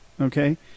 Okay